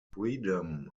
freedom